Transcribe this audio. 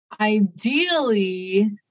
Ideally